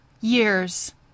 years